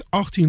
18